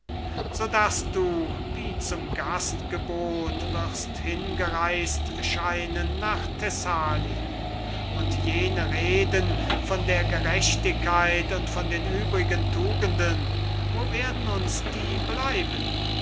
daß du wie zum gastgebot wirst hingereist scheinen nach thessalien und jene reuen von der gerechtigkeit und von den übrigen tugenden wo werden uns die bleiben